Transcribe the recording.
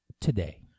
today